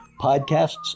podcasts